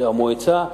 המועצה,